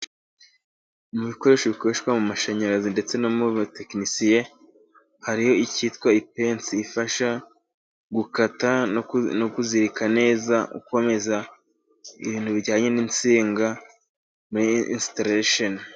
Mu bikoresho bikoreshwa mu mashanyarazi ndetse no mu batekinisiye hari icyitwa ipensi, ifasha gukata no kuzirika neza ukomeza , ibintu bijyanye n'insinga muri ensiterasheni.